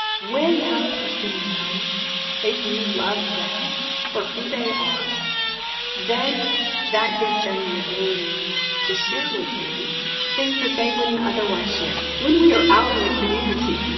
when that person knows that you love them for who they are then that gives them the ability to share with you things that they wouldn't otherwise share. when we are out in the community,